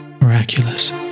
Miraculous